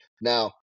Now